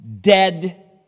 dead